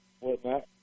whatnot